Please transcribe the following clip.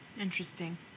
Interesting